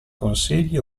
consigli